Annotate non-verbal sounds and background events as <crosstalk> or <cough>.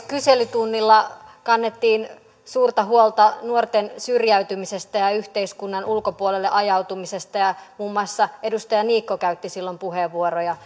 <unintelligible> kyselytunnilla kannettiin suurta huolta nuorten syrjäytymisestä ja yhteiskunnan ulkopuolelle ajautumisesta ja muun muassa edustaja niikko käytti silloin puheenvuoroja <unintelligible>